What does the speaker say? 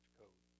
code